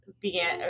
began